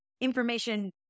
information